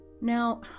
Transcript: Now